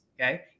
okay